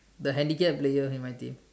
the handicap players in my team